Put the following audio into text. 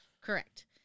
Correct